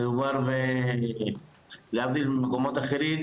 מדובר להבדיל ממקומות אחרים,